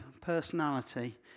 personality